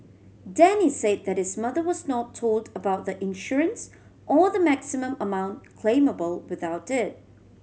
Denny say that his mother was not told about the insurance or the maximum amount claimable without it